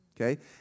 okay